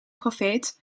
profeet